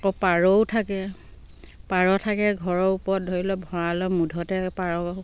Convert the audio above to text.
আকৌ পাৰও থাকে পাৰ থাকে ঘৰৰ ওপৰত ধৰি লওক ভঁৰালৰ মূধতে পাৰ